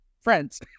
friends